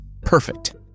Perfect